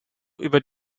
über